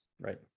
right